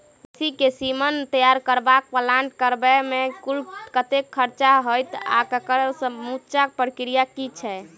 मवेसी केँ सीमन तैयार करबाक प्लांट लगाबै मे कुल कतेक खर्चा हएत आ एकड़ समूचा प्रक्रिया की छैक?